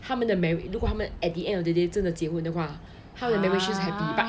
他们的 marria~ 他们如果 at the end of the day 真的结婚的话他的 relationship is happy